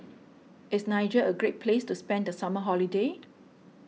is Niger a great place to spend the summer holiday